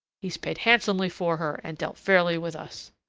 he's paid handsomely for her, and dealt fairly with us.